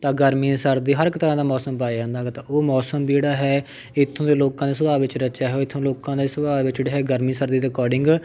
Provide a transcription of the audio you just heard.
ਤਾਂ ਗਰਮੀ ਸਰਦੀ ਹਰ ਇੱਕ ਤਰ੍ਹਾਂ ਦਾ ਮੌਸਮ ਪਾਇਆ ਜਾਂਦਾ ਹੈਗਾ ਤਾਂ ਉਹ ਮੌਸਮ ਜਿਹੜਾ ਹੈ ਇੱਥੋਂ ਦੇ ਲੋਕਾਂ ਦੇ ਸੁਭਾਅ ਵਿੱਚ ਰਚਿਆ ਹੋਇਆ ਇੱਥੋਂ ਦੇ ਲੋਕਾਂ ਦਾ ਸੁਭਾਅ ਵਿੱਚ ਜਿਹੜਾ ਹੈ ਗਰਮੀ ਸਰਦੀ ਦੇ ਅਕੋਡਿੰਗ